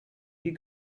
die